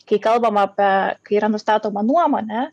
kai kalbama apie kai yra nustatoma nuomonė